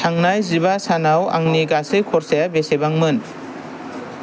थांनाय जिबा सानाव आंनि गासै खरसाया बेसेबांमोन